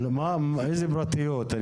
איזו פרטיות?